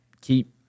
keep